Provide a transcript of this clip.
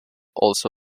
also